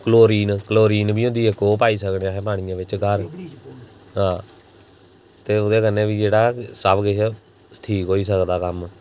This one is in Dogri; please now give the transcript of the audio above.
कलोरीन कलोरीन बी होंदी इक ओह् पाई सकने अस पानियै बिच्च घर ते उदै कन्नै बी जेह्ड़ा सब किश ठीक होई सकदा कम्म